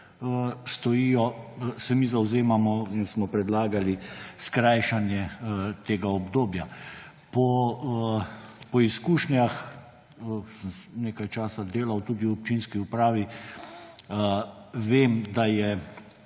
stojijo, se mi zavzemamo in smo predlagali skrajšanje tega obdobja. Po izkušnjah – sem nekaj časa delal tudi v občinski upravi – vem, da je